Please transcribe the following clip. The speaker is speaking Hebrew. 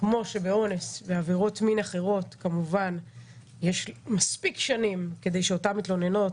כמו שבאונס ובעבירות מין אחרות כמובן יש מספיק שנים כדי שאותן מתלוננות